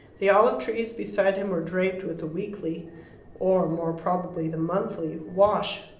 the olive-trees beside him were draped with the weekly or more probably the monthly wash.